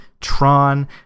Tron